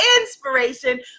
inspiration